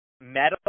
metal